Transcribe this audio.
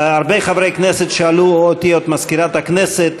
הרבה חברי כנסת שאלו אותי או את מזכירת הכנסת,